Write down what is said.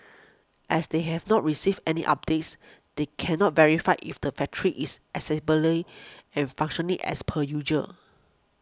as they have not received any updates they cannot verify if the factory is accessibly and functioning as per usual